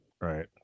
right